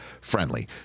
friendly